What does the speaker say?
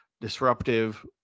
disruptive